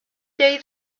day